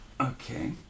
Okay